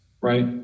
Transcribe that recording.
right